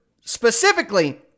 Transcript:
specifically